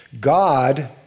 God